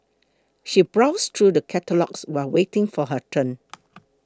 she browsed through the catalogues while waiting for her turn